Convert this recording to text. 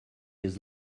his